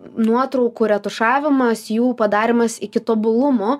nuotraukų retušavimas jų padarymas iki tobulumo